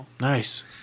Nice